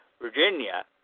Virginia